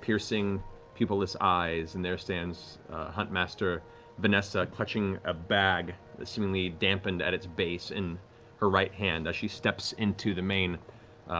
piercing pupil-less eyes, and there stands huntmaster vanessa, clutching a bag that's seemingly dampened at its base in her right hand as she steps into the main